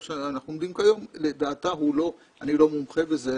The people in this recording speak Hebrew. בו אנחנו עומדים כיום לדעתה הוא לא אני לא מומחה בזה,